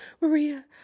Maria